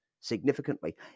significantly